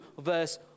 verse